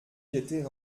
j’étais